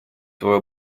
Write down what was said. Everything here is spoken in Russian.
свой